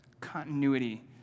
continuity